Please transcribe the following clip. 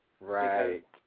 Right